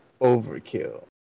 overkill